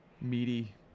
meaty